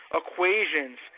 equations